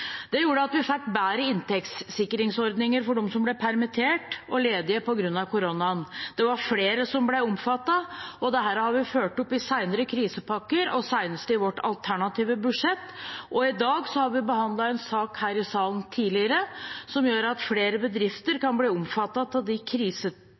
Det gjorde at vi fikk bedre inntektssikringsordninger for dem som ble permittert og ledige på grunn av koronaen. Det var flere som ble omfattet, og dette har vi ført opp i senere krisepakker, senest i vårt alternative budsjett. Tidligere i dag har vi behandlet en sak her i salen som gjør at flere bedrifter